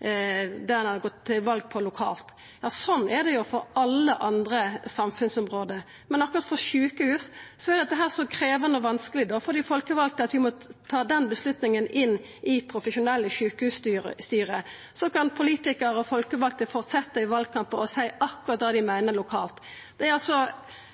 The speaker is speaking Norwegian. ein hadde gått til val på lokalt. Sånn er det jo på alle andre samfunnsområde, men akkurat for sjukehus er altså dette så krevjande og vanskeleg for dei folkevalde at dei må ta den avgjerda inn i profesjonelle sjukehusstyre. Så kan politikarar og folkevalde fortsetja i valkampar å seia akkurat det dei meiner, lokalt. Ei